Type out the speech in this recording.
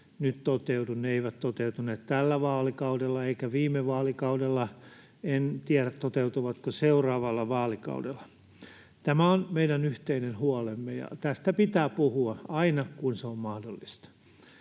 nyt toteudu. Ne eivät toteutuneet tällä vaalikaudella eivätkä viime vaalikaudella, en tiedä, toteutuvatko seuraavalla vaalikaudella. Tämä on meidän yhteinen huolemme, ja tästä pitää puhua aina, kun se on mahdollista.